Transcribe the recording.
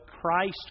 Christ